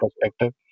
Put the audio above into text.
perspective